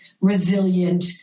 resilient